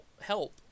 help